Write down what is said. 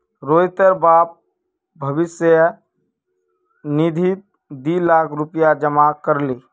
रोहितेर बाप भविष्य निधित दी लाख रुपया जमा कर ले